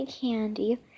candy